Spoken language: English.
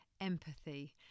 empathy